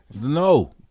No